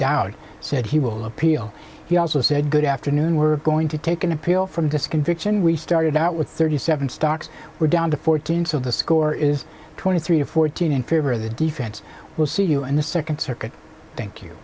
dowd said he will appeal he also said good afternoon we're going to take an appeal from this conviction we started out with thirty seven stocks were down to fourteen so the score is twenty three to fourteen in favor of the defense we'll see you in the second circuit thank you